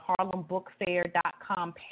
HarlemBookFair.com